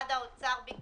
משרד האוצר,